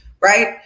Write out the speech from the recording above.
right